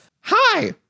Hi